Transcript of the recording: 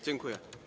Dziękuję.